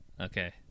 Okay